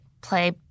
play